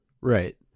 Right